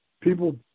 people